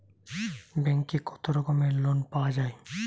ব্যাঙ্কে কত রকমের লোন পাওয়া য়ায়?